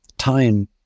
time